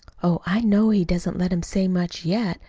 oh, i know he doesn't let him say much yet,